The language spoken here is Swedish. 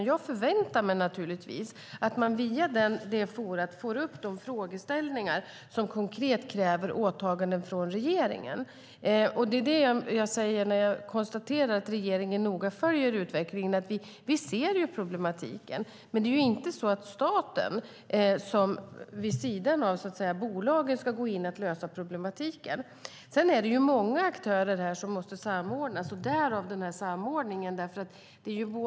Jag förväntar mig naturligtvis att man via detta forum får upp de frågeställningar som konkret kräver åtaganden från regeringen. Det är det jag säger när jag konstaterar att regeringen noga följer utvecklingen, att vi ser problematiken. Men det är inte så att staten vid sidan av bolaget ska gå in och lösa problemen. Det är många aktörer här som måste samordnas, därav samordningsgruppen.